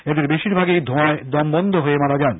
এদের বেশিরভাগই ধোঁয়ায় দমবন্ধ হয়ে মারা যান